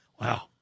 Wow